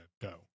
go